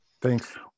Thanks